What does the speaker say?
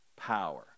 Power